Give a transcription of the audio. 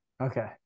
Okay